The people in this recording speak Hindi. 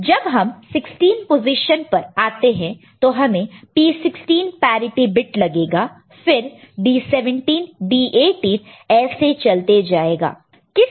जब हम 16 पोजीशन पर आते हैं तो हमें P16 पैरिटि बिट लगेगा फिर D17 D18 ऐसे चलते जाएगा